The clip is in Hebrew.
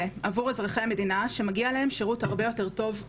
עבור אזרחי המדינה שמגיע להם שירות הרבה יותר טוב,